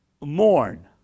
mourn